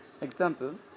Example